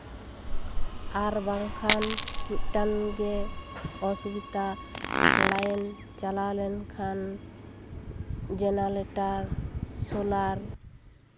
ᱟᱨ ᱵᱟᱝᱠᱷᱟᱱ ᱢᱤᱫᱴᱟᱱ ᱜᱮ ᱚᱥᱩᱵᱤᱫᱟ ᱞᱟᱹᱭᱤᱱ ᱪᱟᱞᱟᱣ ᱞᱮᱱᱠᱷᱟᱱ ᱡᱮᱱᱟᱞᱮᱴᱟᱨ ᱥᱳᱞᱟᱨ